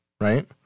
right